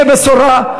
הנה בשורה.